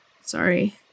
Sorry